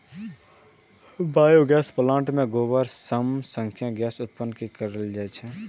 biogas plant मे गोबर सं गैस उत्पन्न कैल जाइ छै